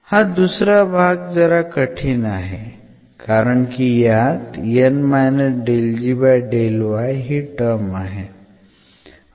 हा दुसरा भाग जरा कठीण आहे कारण की यात ही टर्म आहे